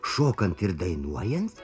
šokant ir dainuojant